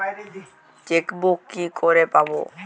Chequebook কি করে পাবো?